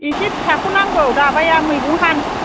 इसे फिसाखौ नांगौ दाबाया मैगं हानो